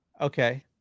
Okay